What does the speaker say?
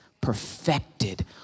perfected